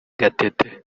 gatete